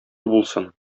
булсын